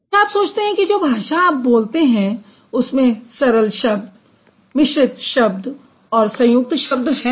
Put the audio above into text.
क्या आप सोचते हैं कि जो भाषा आप बोलते हैं उसमें सरल शब्द मिश्रित शब्द और संयुक्त शब्द हैं